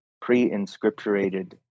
pre-inscripturated